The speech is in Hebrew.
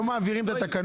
לא מעבירים גם את התקנות?